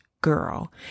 girl